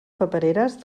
papereres